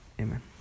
Amen